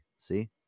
See